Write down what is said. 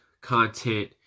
content